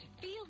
feel